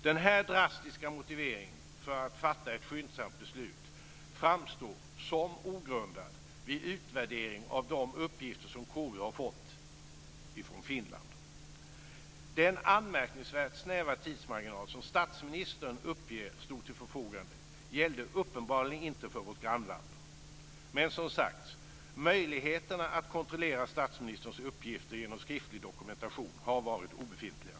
Denna drastiska motivering för att fatta ett skyndsamt beslut framstår som ogrundad vid utvärdering av de uppgifter som KU har fått från Finland. Den anmärkningsvärt snäva tidsmarginal som statsministern uppger stod till förfogande gällde uppenbarligen inte för vårt grannland. Men, som sagt, möjligheterna att kontrollera statsministerns uppgifter genom skriftlig dokumentation har varit obefintliga.